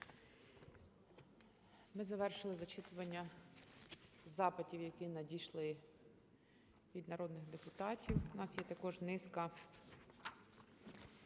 Ми завершили зачитування запитів, які надійшли від народних депутатів. У нас є також низка